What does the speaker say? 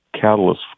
catalyst